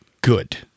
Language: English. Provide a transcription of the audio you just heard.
good